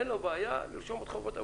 אין לו בעיה לרשום חובות אבודים.